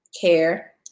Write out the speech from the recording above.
care